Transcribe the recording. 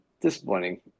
disappointing